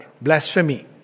blasphemy